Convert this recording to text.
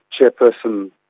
chairperson